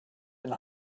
and